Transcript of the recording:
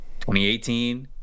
2018